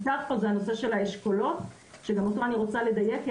הנושא של האשכולות שגם אותו אני רוצה לדייק,